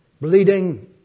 bleeding